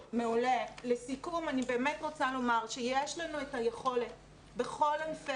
אני באמת רוצה לומר שיש לנו את היכולת בכל ענפי